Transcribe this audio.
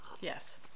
Yes